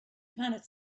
planet